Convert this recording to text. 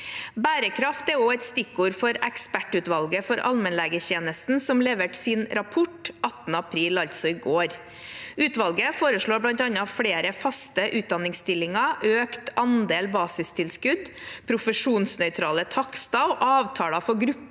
Bærekraft er også et stikkord for ekspertutvalget for allmennlegetjenesten, som leverte sin rapport 18. april, altså i går. Utvalget foreslår bl.a. flere faste utdanningsstillinger, økt andel basistilskudd, profesjonsnøytrale takster og avtaler for grupper